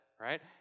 right